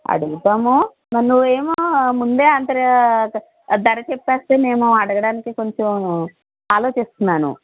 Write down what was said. అడుగుతాము మరి నువ్వేమో ముందే అంత ధర చెప్పేస్తే మేము అడగడానికి కొంచెం ఆలోచిస్తున్నాను